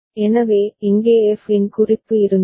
எனவே இங்கே f இன் குறிப்பு இருந்தது